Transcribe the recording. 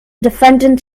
defendant